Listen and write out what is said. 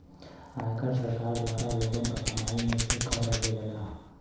आयकर सरकार द्वारा लोगन क कमाई में से कर लेवला